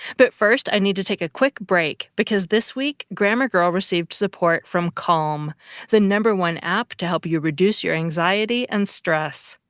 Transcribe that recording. but first i need to take a quick break because this week, grammar girl received support from calm the one app to help you reduce your anxiety and stress.